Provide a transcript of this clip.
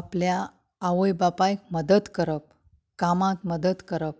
आपल्या आवय बापायक मदत करप कामांत मदत करप